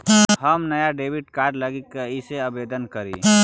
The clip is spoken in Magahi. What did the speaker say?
हम नया डेबिट कार्ड लागी कईसे आवेदन करी?